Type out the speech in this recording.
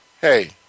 Hey